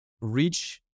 reach